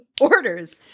orders